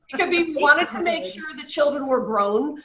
it could be wanted to make sure the children were grown,